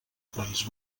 país